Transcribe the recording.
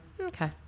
Okay